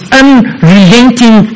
unrelenting